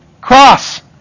cross